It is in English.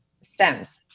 stems